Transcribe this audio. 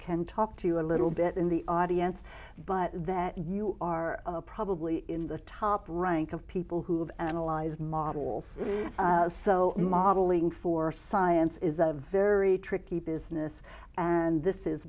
can talk to you a little bit in the audience but that you are probably in the top rank of people who have analyze my so modeling for science is a very tricky business and this is